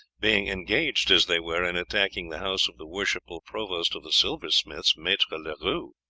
being engaged, as they were, in attacking the house of the worshipful provost of the silversmiths, maitre leroux.